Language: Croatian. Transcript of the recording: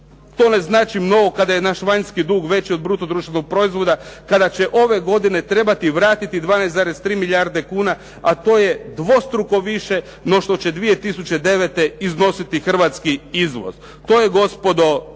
to ne znači mnogo kada je naš vanjski dug veći od bruto društvenog proizvoda, kada će ove godine trebati vratiti 12,3 milijarde kuna a to je dvostruko više no što će 2009. iznositi hrvatski izvoz. To je gospodo